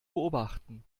beobachten